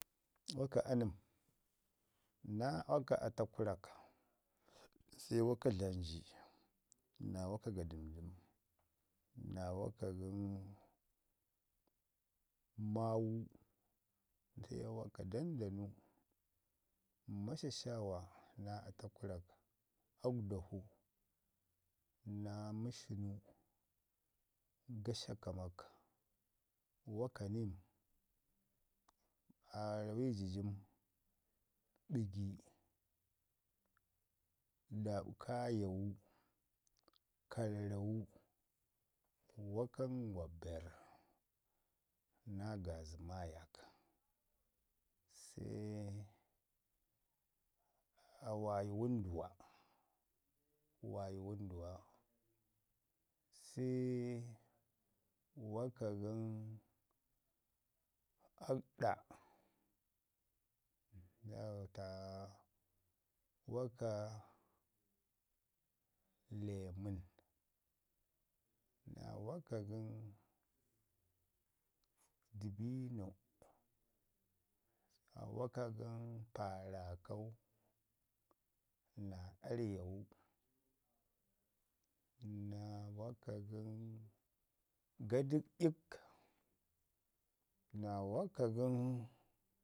waka anəm naa waka ata kurak, se waka dlanji, naa waka gadəmdəm naa waka gən maawu, se waka dandanu, masha shawa, naa atakurak, akwela fu, naa məshinu, gashaksmak naa waka nim, aarami jiyəm, ɓəgi, daɓka ayamu, karar- ra- wu wakak ngwbern naa gaazimayak, se a waayi wənduwa, se waka gən akɗa waka lemən naa waka gən d`bino, naa waka gən paaraakau, naa aryawu, naa waka gən gudək'ik naa "waka gən,